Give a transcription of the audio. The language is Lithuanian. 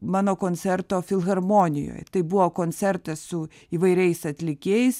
mano koncerto filharmonijoj tai buvo koncertas su įvairiais atlikėjais